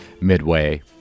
midway